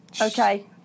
Okay